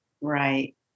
Right